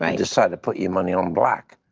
um decide to put your money on black.